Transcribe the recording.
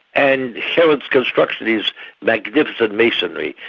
and herod's construction is magnificent masonry,